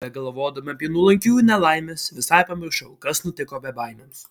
begalvodama apie nuolankiųjų nelaimes visai pamiršau kas nutiko bebaimiams